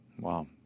Wow